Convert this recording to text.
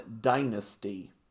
*Dynasty*